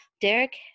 Derek